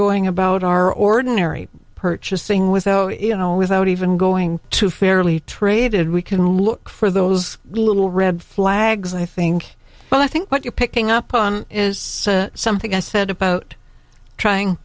going about our ordinary purchasing with though you know without even going to fairly traded we can look for those little red flags i think but i think what you're picking up on is something i said about trying